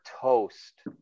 toast